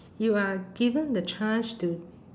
you are given the chance to